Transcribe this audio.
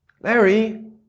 Larry